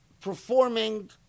performing